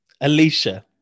Alicia